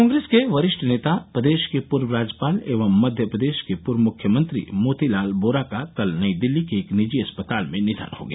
कांग्रेस के वरिष्ठ नेता प्रदेश के पूर्व राज्यपाल एवं मध्य प्रदेश के पूर्व मुख्यमंत्री मोतीलाल वोरा का कल नई दिल्ली के एक निजी अस्पताल में निधन हो गया